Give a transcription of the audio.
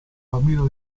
bambino